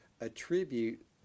attribute